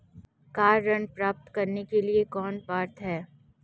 Car ऋण प्राप्त करने के लिए कौन पात्र है?